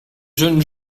jeunes